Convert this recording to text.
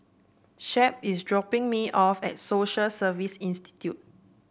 Shep is dropping me off at Social Service Institute